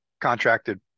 contracted